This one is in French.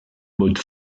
mode